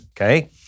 okay